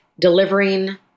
delivering